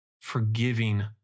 forgiving